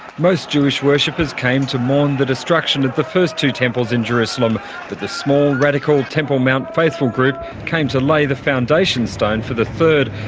most jewish worshippers came to mourn the destruction of the first two temples in jerusalem, but the small radical temple mount faithful group came to lay the foundation stone for the third,